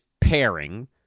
pairing